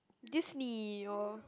Disney or